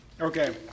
Okay